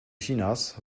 chinas